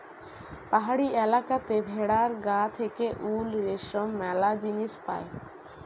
পাহাড়ি এলাকাতে ভেড়ার গা থেকে উল, রেশম ম্যালা জিনিস পায়